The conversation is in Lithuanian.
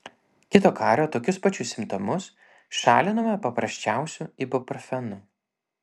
kito kario tokius pačius simptomus šalinome paprasčiausiu ibuprofenu